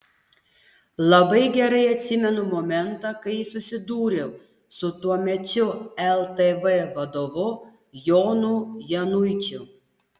labai gerai atsimenu momentą kai susidūriau su tuomečiu ltv vadovu jonu januičiu